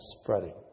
spreading